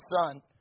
son